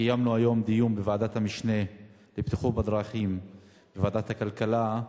קיימנו היום דיון בוועדת המשנה לבטיחות בדרכים בוועדת הכלכלה,